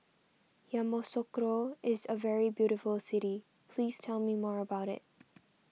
Yamoussoukro is a very beautiful city please tell me more about it